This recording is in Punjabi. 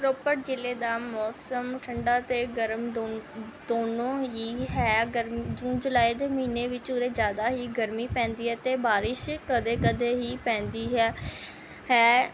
ਰੋਪੜ ਜ਼ਿਲ੍ਹੇ ਦਾ ਮੌਸਮ ਠੰਢਾ ਅਤੇ ਗਰਮ ਦੋਨੋਂ ਦੋਨੋਂ ਹੀ ਹੈ ਗਰਮ ਜੂਨ ਜੁਲਾਈ ਦੇ ਮਹੀਨੇ ਵਿੱਚ ਉਰੇ ਜ਼ਿਆਦਾ ਹੀ ਗਰਮੀ ਪੈਂਦੀ ਹੈ ਅਤੇ ਬਾਰਿਸ਼ ਕਦੇ ਕਦੇ ਹੀ ਪੈਂਦੀ ਹੈ ਹੈ